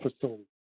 facility